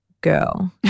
girl